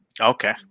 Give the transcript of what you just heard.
Okay